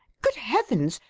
good heavens!